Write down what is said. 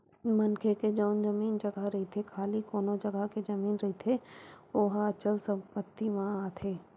मनखे के जउन जमीन जघा रहिथे खाली कोनो जघा के जमीन रहिथे ओहा अचल संपत्ति म आथे